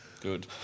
Good